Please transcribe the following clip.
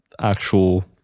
actual